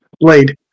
Blade